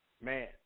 Man